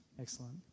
excellent